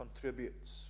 contributes